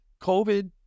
COVID